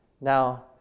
Now